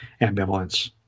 ambivalence